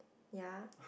ya